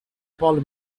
paul